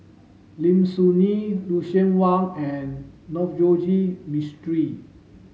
Lim Soo Ngee Lucien Wang and Navroji Mistri